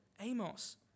Amos